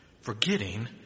forgetting